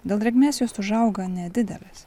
dėl drėgmės jos užauga nedidelės